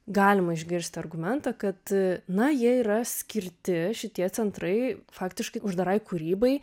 galima išgirsti argumentą kad na jie yra skirti šitie centrai faktiškai uždarai kūrybai